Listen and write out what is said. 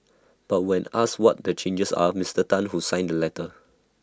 but when asked what the changes are Mister Tan who signed the letter